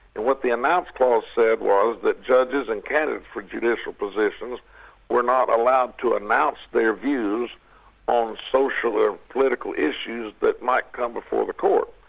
and what the announce clause said was that judges and candidates for judicial positions were not allowed to announce their views on social or political issues that might come before the court.